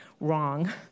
wrong